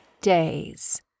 days